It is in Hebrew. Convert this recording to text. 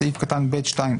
בסעיף קטן (ב2)(4),